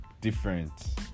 different